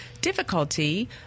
difficulty